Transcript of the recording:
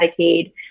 Medicaid